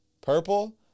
purple